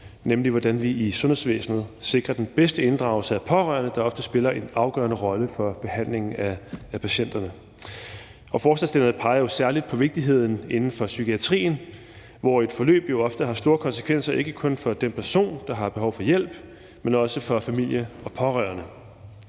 nemlig hvordan vi i sundhedsvæsenet sikrer den bedste inddragelse af pårørende, der ofte spiller en afgørende rolle for behandlingen af patienterne. Forslagsstillerne peger særlig på vigtigheden af det inden for psykiatrien, hvor et forløb jo ofte har store konsekvenser, ikke kun for den person, der har behov for hjælp, men også for familie og pårørende.